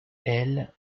elle